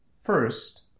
first